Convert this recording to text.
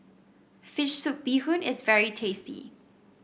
fish soup Bee Hoon is very tasty